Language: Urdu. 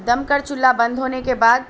دم کر چولہا بند ہونے کے بعد